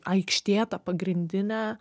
aikštė ta pagrindinė